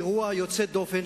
אירוע יוצא דופן,